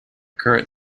current